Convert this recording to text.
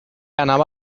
anava